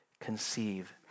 conceive